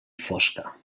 fosca